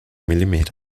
millimetern